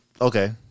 okay